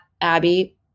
Abby